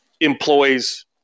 employs